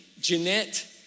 Jeanette